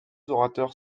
orateurs